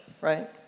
right